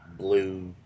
blue